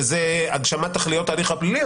שזה הגשמת תכליות ההליך הפלילי,